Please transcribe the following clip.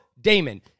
Damon